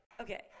okay